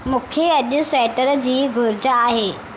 मूंखे अॼु सीटरु जी घुरिज आहे